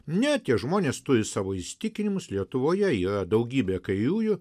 ne tie žmonės turi savo įsitikinimus lietuvoje yra daugybė kairiųjų